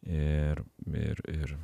ir ir ir